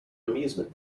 amusement